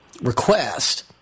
request